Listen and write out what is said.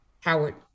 Howard